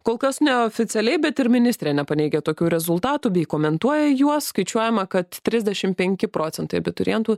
kol kas neoficialiai bet ir ministrė nepaneigia tokių rezultatų bei komentuoja juos skaičiuojama kad trisdešim penki procentai abiturientų